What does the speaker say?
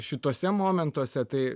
šituose momentuose tai